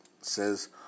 says